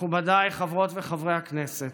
מכובדיי חברות וחברי הכנסת,